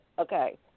Okay